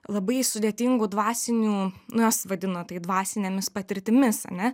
labai sudėtingų dvasinių nu jos vadino tai dvasinėmis patirtimis ane